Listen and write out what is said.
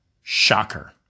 Shocker